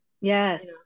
Yes